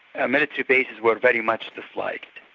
ah military bases were very much disliked.